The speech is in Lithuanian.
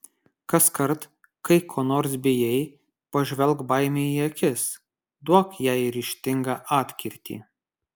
kaskart kai ko nors bijai pažvelk baimei į akis duok jai ryžtingą atkirtį